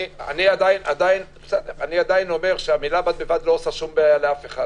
אני עדיין אומר שהמילים "בד בבד" לא יוצרות בעיה לאף אחד.